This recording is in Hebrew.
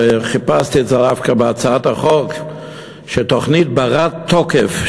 וחיפשתי את זה דווקא בהצעת החוק שתוכנית בת-תוקף,